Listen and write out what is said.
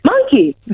monkey